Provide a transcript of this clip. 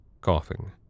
coughing